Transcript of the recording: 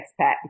expat